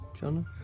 John